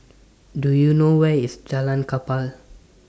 Do YOU know Where IS Jalan Kapal